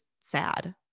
sad